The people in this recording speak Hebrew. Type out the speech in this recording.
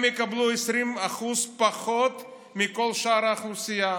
הם יקבלו 20% פחות מכל שאר האוכלוסייה.